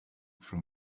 from